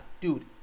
dude